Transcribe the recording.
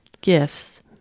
gifts